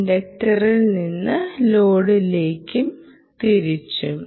ഇൻഡക്റ്ററിൽ നിന്ന് ലോഡിലേക്കും തിരിച്ചും